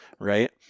Right